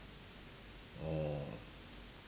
orh